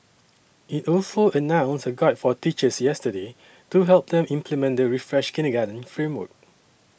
it also announced a guide for teachers yesterday to help them implement the refreshed kindergarten framework